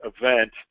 event